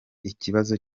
ikibazo